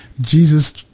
Jesus